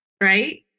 right